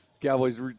Cowboys